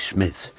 Smith